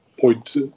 point